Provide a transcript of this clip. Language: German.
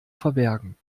verbergen